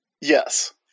Yes